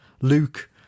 Luke